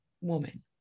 woman